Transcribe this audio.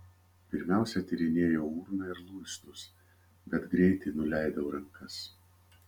pirmiausia tyrinėjau urną ir luistus bet greitai nuleidau rankas